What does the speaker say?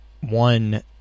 one